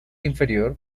inferior